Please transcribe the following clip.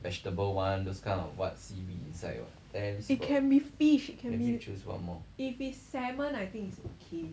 it can be fish it can be if it's salmon I think it's okay